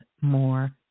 more